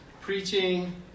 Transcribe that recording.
preaching